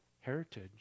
heritage